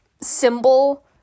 symbol